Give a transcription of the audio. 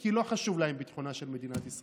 כי לא חשוב להם ביטחונה של מדינת ישראל.